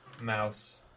Mouse